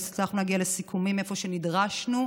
והצלחנו להגיע לסיכומים איפה שנדרשנו.